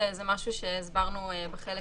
זה לא דבר שצריך להיות קבוע בחוק.